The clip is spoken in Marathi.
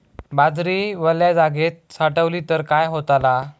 बाजरी वल्या जागेत साठवली तर काय होताला?